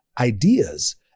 ideas